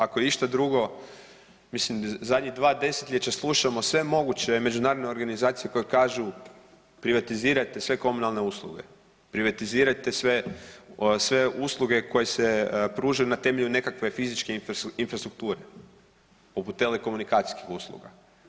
Ako išta drugo mislim zadnja dva desetljeća slušamo sve moguće međunarodne organizacije koje kažu privatizirajte sve komunalne usluge, privatizirajte sve usluge koje se pružaju na temelju nekakve fizičke infrastrukture poput telekomunikacijskih usluga.